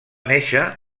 néixer